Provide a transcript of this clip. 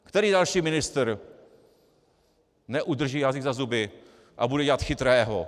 Který další ministr neudrží jazyk za zuby a bude dělat chytrého?